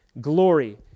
glory